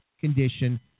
condition